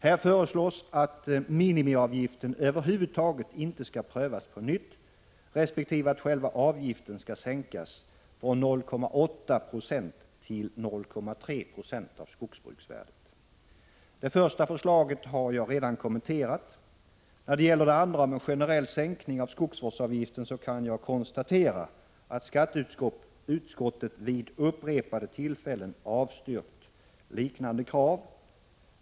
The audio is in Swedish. Här föreslås att minimiavgiften över huvud taget inte skall prövas på nytt resp. att själva avgiften skall sänkas från 0,8 2 till 0,3 20 av skogsbruksvärdet. Det första förslaget har jag redan kommenterat. När det gäller det andra, om en generell sänkning av skogsvårdsavgiften, kan jag konstatera att skatteutskottet vid upprepade tillfällen avstyrkt liknande krav.